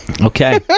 Okay